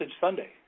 Sunday